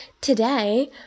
Today